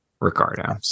Ricardo